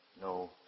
no